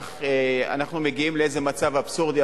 כך אנחנו מגיעים לאיזה מצב אבסורדי,